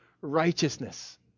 righteousness